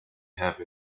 have